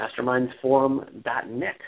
mastermindsforum.net